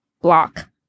block